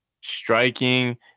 Striking